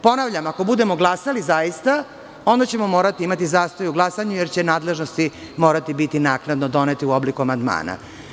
Ponavljam, ako budemo glasali zaista, onda ćemo morati imati zastoj u glasanju jer će nadležnosti morati biti naknadno donete u obliku amandmana.